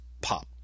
pop